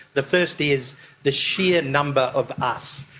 the first is the sheer number of us.